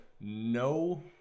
no